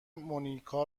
مونیکا